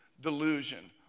delusion